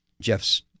jeff's